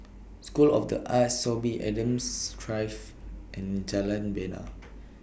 School of The Arts Sorby Adams Drive and Jalan Bena